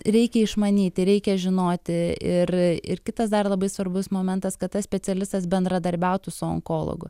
reikia išmanyti reikia žinoti ir ir kitas dar labai svarbus momentas kad tas specialistas bendradarbiautų su onkologu